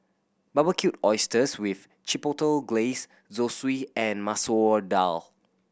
Barbecued Oysters with Chipotle Glaze Zosui and Masoor Dal